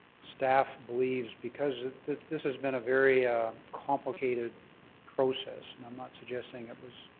staff believes because this has been a very ah complicated process, and i'm not suggesting it was